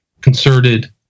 concerted